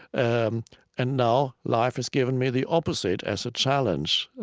and and now life has given me the opposite as a challenge.